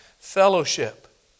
fellowship